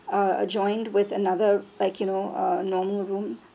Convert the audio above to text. uh adjoined with another like you know uh normal room